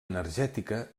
energètica